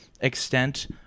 Extent